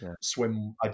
swim